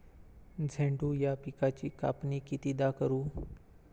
झेंडू या पिकाची कापनी कितीदा करू?